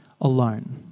alone